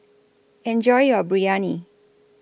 Enjoy your Biryani